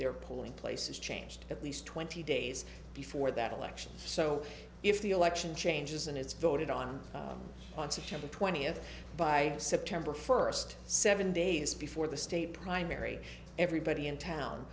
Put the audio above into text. their polling place is changed at least twenty days before that election so if the election changes and it's voted on on september twentieth by september first seven days before the state primary everybody in town